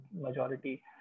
majority